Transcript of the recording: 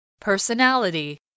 Personality